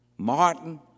martin